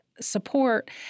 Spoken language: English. support